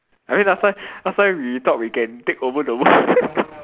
I mean last time last time we thought we can take over the world